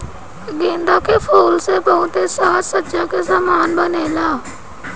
गेंदा के फूल से बहुते साज सज्जा के समान बनेला